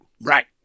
Right